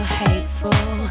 hateful